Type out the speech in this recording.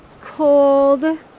cold